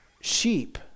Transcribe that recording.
Sheep